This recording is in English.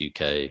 UK